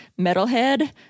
Metalhead